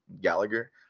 gallagher